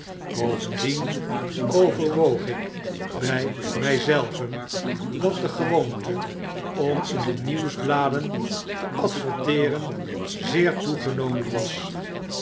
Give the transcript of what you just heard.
bovendien overwoog ik bij mg zelven dat de gewoonte om in de nieuwsbladen te adverteeren zeer toegenomen was